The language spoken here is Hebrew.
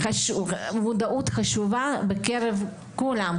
מודעות חשובה בקרב כולם,